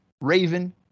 Raven